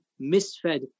misfed